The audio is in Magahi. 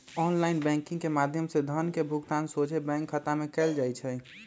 ऑनलाइन बैंकिंग के माध्यम से धन के भुगतान सोझे बैंक खता में कएल जाइ छइ